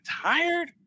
tired